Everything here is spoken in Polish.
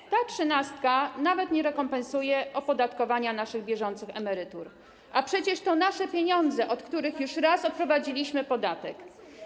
Nie, ta trzynastka nawet nie rekompensuje opodatkowania naszych bieżących emerytur, a przecież to nasze pieniądze, od których już raz odprowadziliśmy podatek.